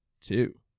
two